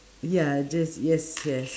ya just yes yes